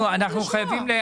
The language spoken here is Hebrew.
אנחנו חייבים.